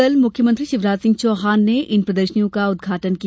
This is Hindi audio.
कल मुख्यमंत्री शिवराज सिंह चौहान ने इन प्रदर्शनियों का उद्घाटन किया